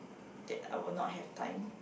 that I will not have time